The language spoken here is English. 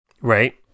Right